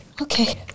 Okay